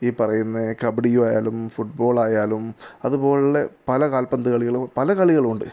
ഈ പറയുന്ന കബഡിയോ ആയാലും ഫുട്ബോളായാലും അതുപോലുള്ളേ പല കാൽപന്തുകളികളും പല കളികളും ഉണ്ട്